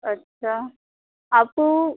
अच्छा आप